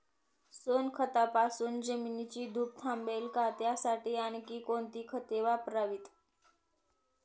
सोनखतापासून जमिनीची धूप थांबेल का? त्यासाठी आणखी कोणती खते वापरावीत?